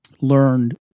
learned